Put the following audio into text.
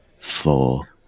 Four